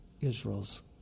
Israel's